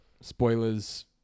spoilers